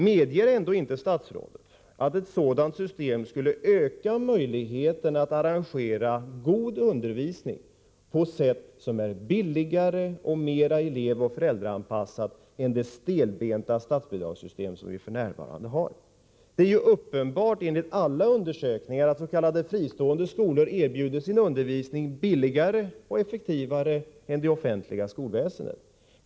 Medger ändå inte statsrådet att ett sådant system skulle öka möjligheterna att arrangera god undervisning på sätt som är billigare och mera elevoch föräldraanpassat än det stelbenta statsbidragssystem som vi f.n. har? Det är enligt alla undersökningar uppenbart att s.k. fristående skolor erbjuder sin undervisning billigare och effektivare än det offentliga skolväsendet.